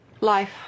life